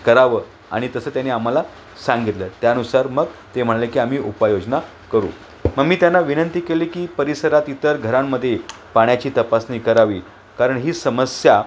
करावं आणि तसं त्यानी आम्हाला सांगितलं त्यानुसार मग ते म्हणाले की आम्ही उपाययोजना करू मग मी त्यांना विनंती केले की परिसरात इतर घरांमध्ये पाण्याची तपासणी करावी कारण ही समस्या